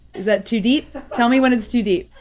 is that too deep? tell me when it's too deep?